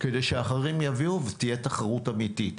כדי שאחרים יביאו ותהיה תחרות אמיתית.